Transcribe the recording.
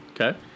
Okay